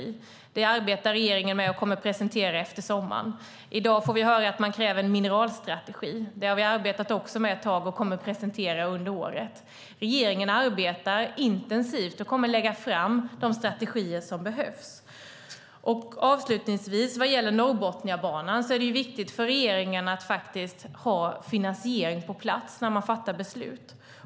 En sådan arbetar regeringen med och kommer att presentera efter sommaren. I dag får vi höra att man kräver en mineralstrategi. Det har vi också arbetat med ett tag och kommer att presentera under året. Regeringen arbetar intensivt och kommer att lägga fram de strategier som behövs. Avslutningsvis vad gäller Norrbotniabanan: Det är viktigt för regeringen att ha finansiering på plats när man fattar beslut.